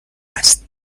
است